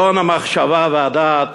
גאון המחשבה והדעת.